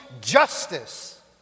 justice